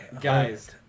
guys